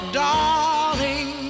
darling